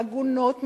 עגונות,